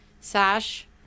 sash